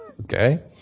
okay